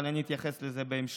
אבל אני אתייחס לזה בהמשך.